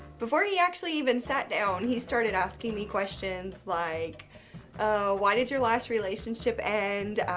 before he actually even sat down he started asking me questions like why did your last relationship end?